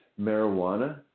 marijuana